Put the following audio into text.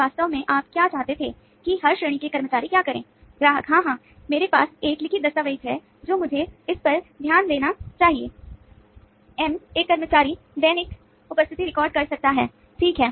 vendor कर सकता है ठीक है